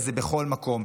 וזה בכל מקום,